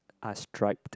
are striped